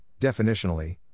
definitionally